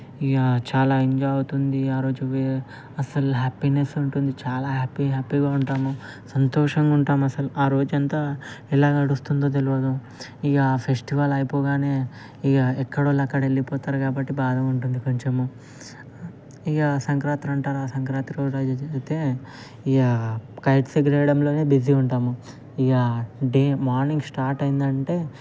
ఇంకా చాలా ఎంజాయ్ అవుతుంది ఆరోజు అసలు హ్యాపీనెస్ ఉంటుంది చాలా హ్యాపీ హ్యాపీగా ఉంటాము సంతోషంగా ఉంటాం అసలు ఆ రోజంతా ఎలా గడుస్తుందో తెలియదు ఇక ఆ ఫెస్టివల్ అయిపోగానే ఇక ఎక్కడ వాళ్ళు అక్కడికి వెళ్ళిపోతారు కాబట్టి బాధ ఉంటుంది కొంచెము ఇక సంక్రాంతి అంటారా ఇక కైట్స్ ఎగరేయడంలో బిజీ ఉంటాము ఇక డే మార్నింగ్ స్టార్ట్ అయింది అంటే